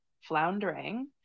floundering